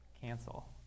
cancel